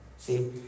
See